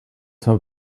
some